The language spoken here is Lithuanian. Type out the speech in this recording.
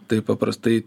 tai paprastai